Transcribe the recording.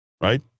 right